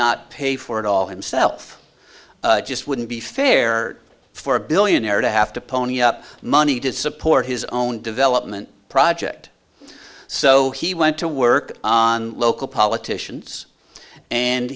not pay for it all himself just wouldn't be fair for a billionaire to have to pony up money to support his own development project so he went to work on local politicians and